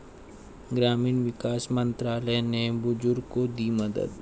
ग्रामीण विकास मंत्रालय ने बुजुर्गों को दी मदद